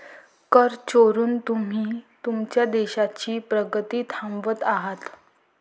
कर चोरून तुम्ही तुमच्या देशाची प्रगती थांबवत आहात